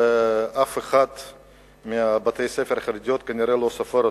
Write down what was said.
ואף אחד מבתי-הספר החרדיים כנראה לא סופר אותו.